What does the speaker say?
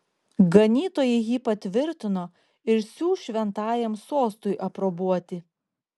ganytojai jį patvirtino ir siųs šventajam sostui aprobuoti